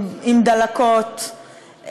עם דלקות,